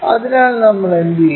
അതിനാൽ നമ്മൾ എന്തു ചെയ്യും